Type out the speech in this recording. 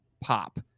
pop